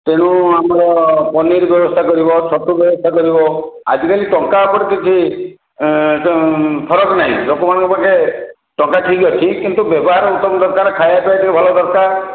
ତେଣୁ ଆମର ପନିର୍ ବ୍ୟବସ୍ଥା କରିବ ଛତୁ ବ୍ୟବସ୍ଥା କରିବ ଆଜିକାଲି ଟଙ୍କା ଉପରେ କିଛି ଫରକ ନାହିଁ ଲୋକମାନଙ୍କ ପାଖେ ଟଙ୍କା ଠିକ୍ ଅଛି କିନ୍ତୁ ବ୍ୟବହାର ଉତ୍ତମ ଦରକାର ଖାଇବା ପିଇବା ଟିକିଏ ଭଲ ଦରକାର